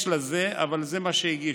יש לזה, אבל זה מה שהגישו.